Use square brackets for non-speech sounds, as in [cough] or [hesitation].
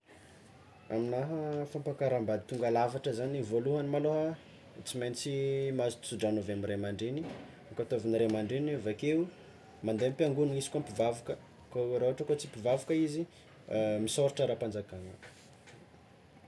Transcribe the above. Aminahy fampakarambady tonga lafatra zany voalohany malôha tsy maintsy mahazo tso-drano avy amin'ny ray aman-dreny ankatoavin'ny ray aman-dreny, avakeo mande am-piangonana izy koa mpivavaka, ka ma- raha ohatra ka hoe tsy mpivavaka izy, [hesitation] misôratra ara-panjakana.